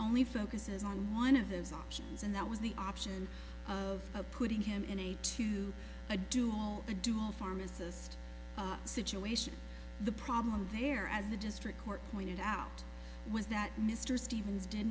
only focuses on one of those options and that was the option of putting him in a to a do a dual pharmacist situation the problem there as the district court pointed out was that mr stevens did